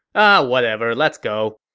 ah whatever. let's go.